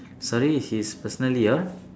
sorry he's personally your